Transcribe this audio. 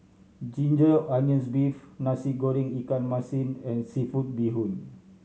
ginger onions beef Nasi Goreng ikan masin and seafood bee hoon